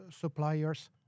suppliers